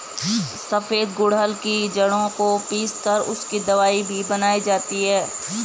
सफेद गुड़हल की जड़ों को पीस कर उसकी दवाई भी बनाई जाती है